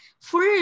full